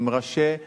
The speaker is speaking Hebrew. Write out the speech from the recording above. עם ראשי הקהילות,